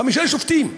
חמישה שופטים.